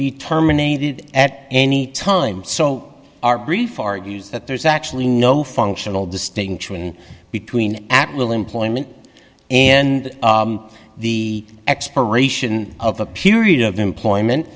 be terminated at any time so our brief argues that there's actually no functional distinction between at will employment and the expiration of a period of employment